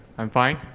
i'm fine,